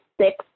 six